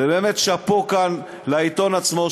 ובאמת שאפו כאן לעיתון עצמו,